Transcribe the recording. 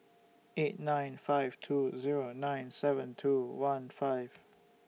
eight nine five two Zero nine seven two one five